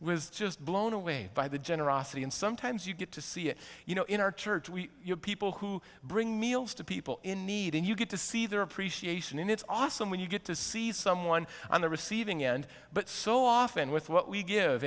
was just blown away by the generosity and sometimes you get to see it you know in our church we are people who bring meals to people in need and you get to see their appreciation and it's awesome when you get to see someone on the receiving end but so often with what we give